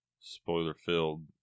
spoiler-filled